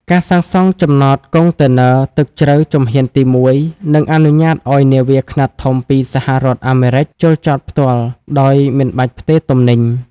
ការសាងសង់ចំណតកុងតឺន័រទឹកជ្រៅជំហានទី១ នឹងអនុញ្ញាតឱ្យនាវាខ្នាតធំពីសហរដ្ឋអាមេរិកចូលចតផ្ទាល់ដោយមិនបាច់ផ្ទេរទំនិញ។